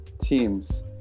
teams